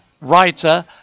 writer